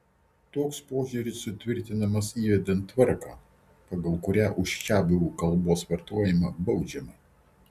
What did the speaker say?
toks požiūris sutvirtinamas įvedant tvarką pagal kurią už čiabuvių kalbos vartojimą baudžiama